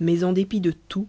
mais en dépit de tout